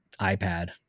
ipad